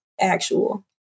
actual